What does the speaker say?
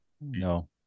No